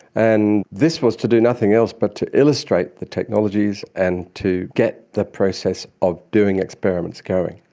and this was to do nothing else but to illustrate the technologies and to get the process of doing experiments going.